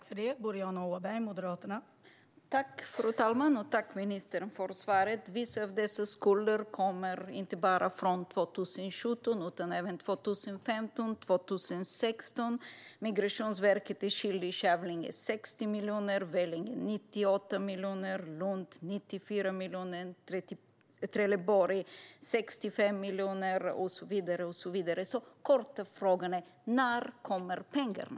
Fru talman! Jag tackar ministern för svaret. Alla skulder är inte från 2017, utan vissa är från 2015 och 2016. Migrationsverket är skyldigt Kävlinge 60 miljoner, Vellinge 98 miljoner, Lund 94 miljoner, Trelleborg 65 miljoner och så vidare. Min korta fråga är: När kommer pengarna?